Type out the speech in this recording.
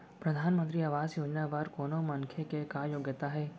परधानमंतरी आवास योजना बर कोनो मनखे के का योग्यता हे?